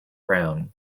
brown